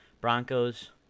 Broncos